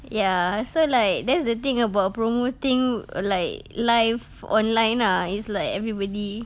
ya so like that's the thing about promoting like life online lah it's like everybody